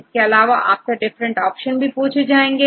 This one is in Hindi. इसके अलावा आपसे डिफरेंट ऑप्शंस भी पूछे जाएंगे